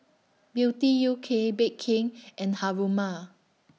Beauty U K Bake King and Haruma